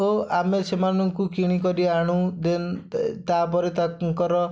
ଓ ଆମେ ସେମାନଙ୍କୁ କିଣି କରି ଆଣୁ ଦେନ୍ ତା'ପରେ ତାଙ୍କର